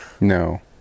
No